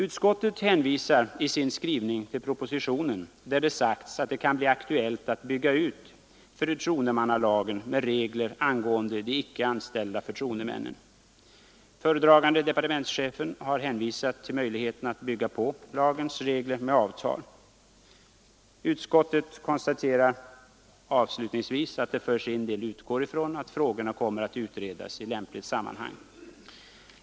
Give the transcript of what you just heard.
Utskottet hänvisar i sin skrivning till propositionen, där det sagts att det kan bli aktuellt att bygga ut förtroendemannalagen med regler angående de icke anställda förtroendemännen. Föredragande statsrådet har hänvisat till möjligheterna att bygga på lagens regler med avtal. Utskottet konstaterar avslutningsvis att det för sin del utgår ifrån att frågorna kommer att utredas i lämpligt sammanhang.